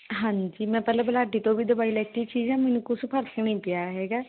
ਹਾਂਜੀ ਮੈਂ ਪਹਿਲਾਂ ਬੁਲਾਢੇ ਤੋਂ ਵੀ ਦਵਾਈ ਲਿੱਤੀ ਸੀ ਜਾ ਮੈਨੂੰ ਕੁਛ ਫ਼ਰਕ ਨਹੀਂ ਪਿਆ ਹੈਗਾ